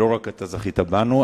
לא רק אתה זכית בנו.